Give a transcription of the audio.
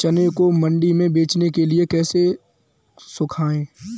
चने को मंडी में बेचने के लिए कैसे सुखाएँ?